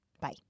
Bye